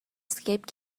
escape